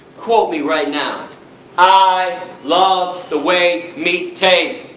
quote me right now i love the way meat tastes.